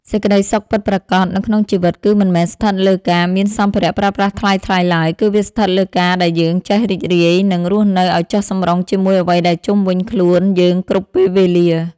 សេចក្តីសុខពិតប្រាកដនៅក្នុងជីវិតគឺមិនមែនស្ថិតលើការមានសម្ភារៈប្រើប្រាស់ថ្លៃៗឡើយគឺវាស្ថិតលើការដែលយើងចេះរីករាយ និង រស់នៅឱ្យចុះសម្រុងជាមួយអ្វីដែលជុំវិញខ្លួនយើងគ្រប់ពេលវេលា។